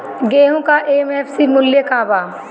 गेहू का एम.एफ.सी मूल्य का बा?